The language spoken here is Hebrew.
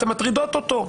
אתן מטרידות אותו,